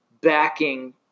backing